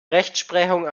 rechtsprechung